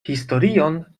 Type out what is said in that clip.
historion